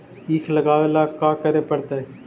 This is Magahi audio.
ईख लगावे ला का का करे पड़तैई?